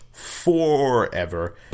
Forever